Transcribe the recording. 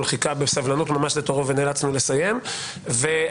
חיכה בסבלנות לתורו ונאלצנו לסיים את הדיון,